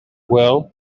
well